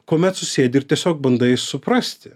kuomet susėdi ir tiesiog bandai suprasti